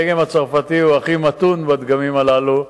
הדגם הצרפתי הוא הכי מתון מבין הדגמים הללו.